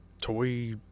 Toy